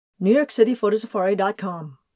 newyorkcityphotosafari.com